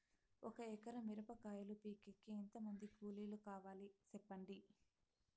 ఒక ఎకరా మిరప కాయలు పీకేకి ఎంత మంది కూలీలు కావాలి? సెప్పండి?